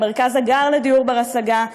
למרכז הגר לדיור בר-השגה,